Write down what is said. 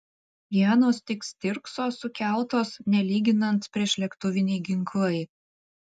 ienos tik stirkso sukeltos nelyginant priešlėktuviniai ginklai